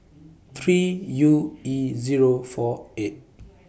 three U E Zero four eight